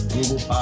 Google